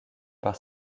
par